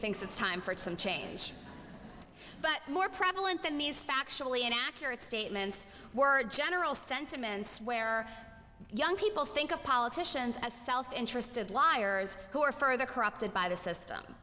thinks it's time for some change but more prevalent than these factually inaccurate statements were a general sentiment where young people think of politicians as self interested liars who are further corrupted by the system